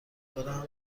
برم